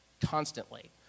constantly